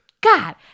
god